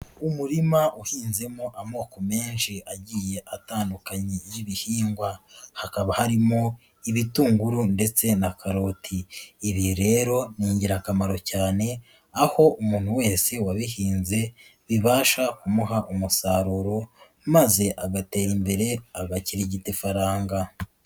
Umurima uhinzemo amoko menshi agiye atandukanye y'ibihingwa, hakaba harimo ibitunguru ndetse na karoti, ibi rero ni ingirakamaro cyane, aho umuntu wese wabihinze bibasha kumuha umusaruro maze agatera imbere agakirigita ifaranga.